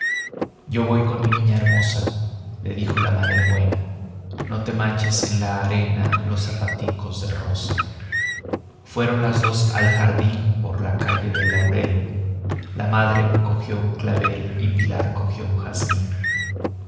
yo voy con mi niña hermosa le dijo la madre buena no te manches en la arena los zapaticos de rosa fueron las dos al jardín por la calle del laurel la madre cogió un clavel y pilar cogió un jazmín